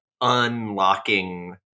unlocking